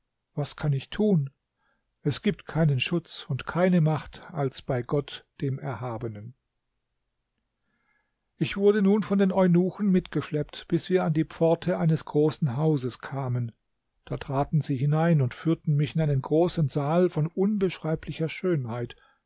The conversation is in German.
was kann ich tun es gibt keinen schutz und keine macht als bei gott dem erhabenen ich wurde nun von den eunuchen mitgeschleppt bis wir an die pforte eines großen hauses kamen da traten sie hinein und führten mich in einen großen saal von unbeschreiblicher schönheit